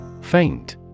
Faint